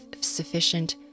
sufficient